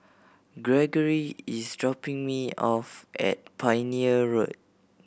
Gregory is dropping me off at Pioneer Road